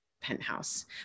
penthouse